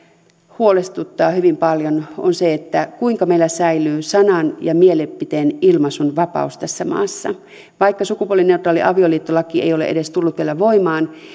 huolestuttaa hyvin paljon on se kuinka meillä säilyy sanan ja mielipiteen ilmaisun vapaus tässä maassa vaikka sukupuolineutraali avioliittolaki ei ole edes tullut vielä voimaan